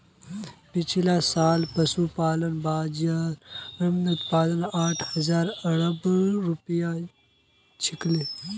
पिछला साल पशुपालन बाज़ारेर उत्पाद आठ अरब रूपया छिलकी